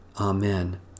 Amen